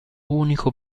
unico